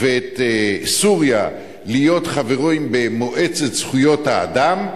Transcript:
ואת סוריה להיות חברים במועצת זכויות האדם,